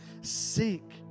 seek